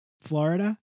Florida